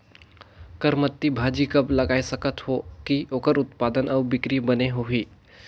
करमत्ता भाजी कब लगाय सकत हो कि ओकर उत्पादन अउ बिक्री बने होही?